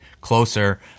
closer